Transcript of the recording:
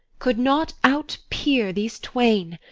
could not out-peer these twain.